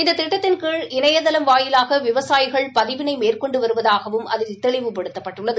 இந்த திட்டத்தின் கீழ் இணையதளம் வாயிலாக விவசாயிகள் பதிவினை மேற்கொண்டு வருவதாகவும் அதில் தெளிவுபடுத்தப்பட்டுள்ளது